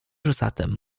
zatem